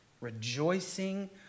rejoicing